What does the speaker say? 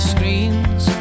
Screens